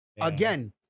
again